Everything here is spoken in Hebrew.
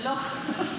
לא.